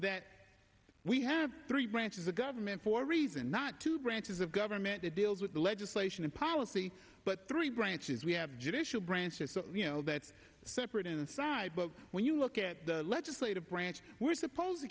that we have three branches of government for a reason not to branches of government that deals with the legislation and policy but three branches we have judicial branches that separate inside but when you look at the legislative branch we're supposed to